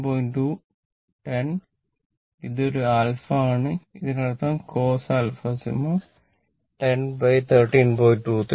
2 10 ഇത് ഒരു α ആണ് ഇതിനർത്ഥം cos α 10 13